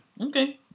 Okay